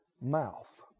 mouth